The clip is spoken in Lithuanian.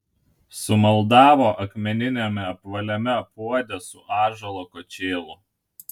sumaldavo akmeniniame apvaliame puode su ąžuolo kočėlu